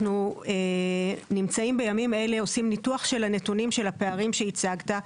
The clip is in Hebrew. אנחנו בימים אלו עושים ניתוח של הפערים שהצגת.